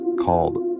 called